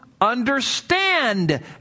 understand